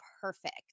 perfect